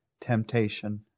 temptation